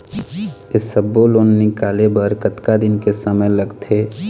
ये सब्बो लोन निकाले बर कतका दिन के समय लगथे?